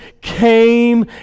came